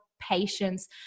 patience